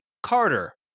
carter